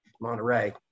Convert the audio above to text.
Monterey